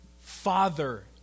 Father